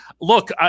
look